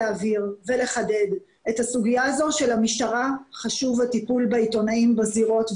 להבהיר ולחדד את הסוגיה הזו שלמשטרה חשוב הטיפול בעיתונאים בזירות,